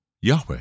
Yahweh